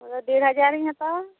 ᱟᱫᱚ ᱰᱮᱲᱦᱟᱡᱟᱨᱤᱧ ᱦᱟᱛᱟᱣᱟ